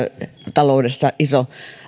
talouteen iso